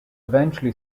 eventually